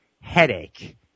headache